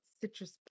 citrus